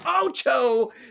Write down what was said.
Ocho